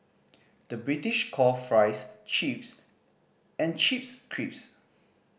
the British call fries chips and chips crisps